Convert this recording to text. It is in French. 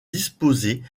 disposés